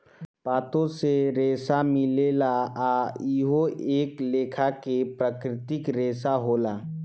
पातो से रेसा मिलेला आ इहो एक लेखा के प्राकृतिक रेसा होला